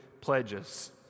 pledges